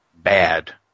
Bad